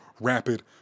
rapid